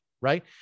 right